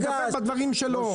שיתמקד בדברים שלו.